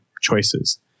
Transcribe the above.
choices